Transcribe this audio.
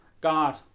God